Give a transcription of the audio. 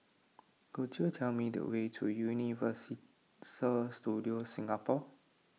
could you tell me the way to Universal Studios Singapore